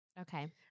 Okay